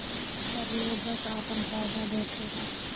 सब लोग बस आपन फायदा देखला